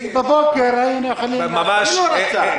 נכנע, משה.